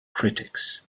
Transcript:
critics